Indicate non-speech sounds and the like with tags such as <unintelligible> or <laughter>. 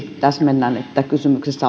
<unintelligible> täsmennän että kysymyksessä